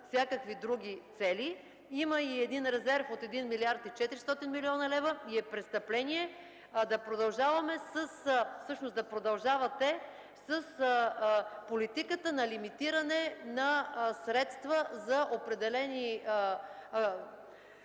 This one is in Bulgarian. всякакви други цели. Има и един резерв от 1 млрд. 400 млн. лв. и е престъпление всъщност да продължавате с политиката на лимитиране на средства за определени